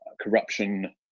corruption